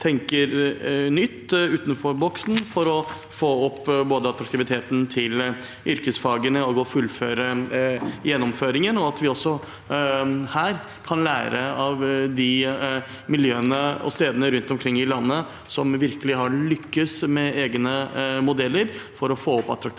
tenker nytt og utenfor boksen for å få opp både attraktiviteten til yrkesfagene og gjennomføringen, og at vi også her kan lære av de miljøene og stedene rundt omkring i landet som virkelig har lyktes med egne modeller for å få opp attraktiviteten